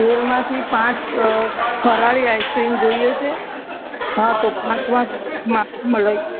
તેરમાંથી પાંચ ફરાળી આઈસક્રીમ જોઈએ છે હા તો પાંચમાં માવા મલાઈ